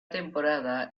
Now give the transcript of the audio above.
temporada